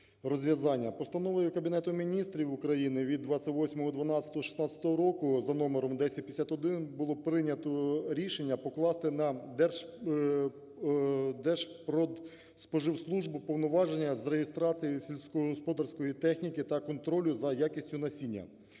розв'язання. Постановою Кабінету Міністрів України від 28.12.2016 року за номером 1051 було прийнято рішення покласти на Держпродспоживслужбу повноваження з реєстрації сільськогосподарської техніки та контролю за якістю насіння,